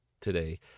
today